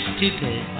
Stupid